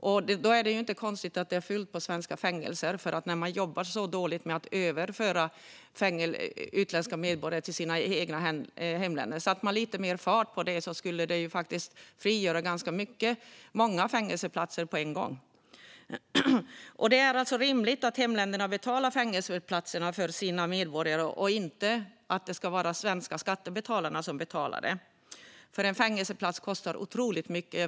Det är inte konstigt att det är fullt på svenska fängelser när man jobbar så dåligt med att överföra utländska medborgare till deras hemländer. Om man satte lite mer fart på detta skulle det frigöra ganska många fängelseplatser på en gång. Det är rimligt att det är hemländerna som betalar fängelseplatserna för sina medborgare, inte svenska skattebetalare. En fängelseplats kostar otroligt mycket.